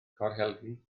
corhelgi